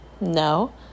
no